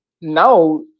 now